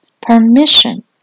permission